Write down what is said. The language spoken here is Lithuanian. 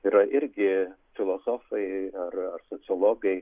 yra irgi filosofai ar ar sociologai